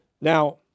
Now